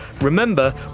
remember